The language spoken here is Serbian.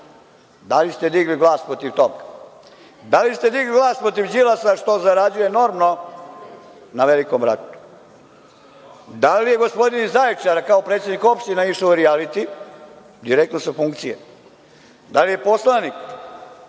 Da li ste digli glas protiv toga? Da li ste digli glas protiv Đilasa što zarađuje enormno na Velikom bratu? Da li je gospodin iz Zaječara kao predsednik opštine išao u rijaliti, direktno sa funkcije? Da li je poslanik